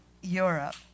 Europe